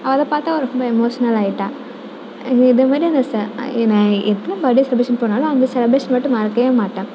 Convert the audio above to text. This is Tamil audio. அதை பார்த்து அவள் ரொம்ப எமோஷ்னல் ஆகிட்டா இதே இது மாரி அந்த சே நான் எத்தனை பர்த் டே செலப்ரேஷன் போனாலும் அந்த செலப்ரேஷன் மட்டும் மறக்கவே மாட்டேன்